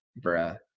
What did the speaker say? bruh